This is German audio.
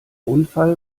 unfall